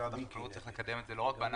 משרד החקלאות צריך לקדם את זה לא רק בענף